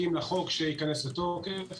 שייכנס לתוקף.